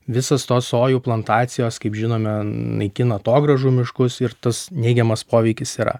visos tos sojų plantacijos kaip žinome naikina atogrąžų miškus ir tas neigiamas poveikis yra